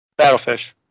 Battlefish